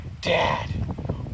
Dad